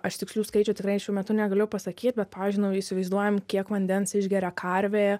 aš tikslių skaičių tikrai šiuo metu negaliu pasakyt bet pavyzdžiui nu įsivaizduojam kiek vandens išgeria karvė